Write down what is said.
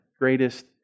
greatest